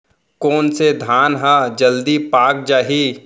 कोन से धान ह जलदी पाक जाही?